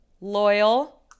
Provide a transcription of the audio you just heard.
loyal